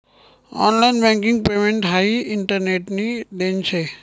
online banking payment हाई इंटरनेटनी देन शे